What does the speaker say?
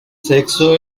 sexo